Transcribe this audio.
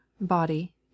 body